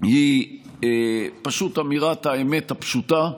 היא פשוט אמירת האמת הפשוטה,